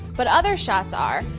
but other shots are.